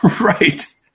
Right